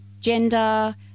gender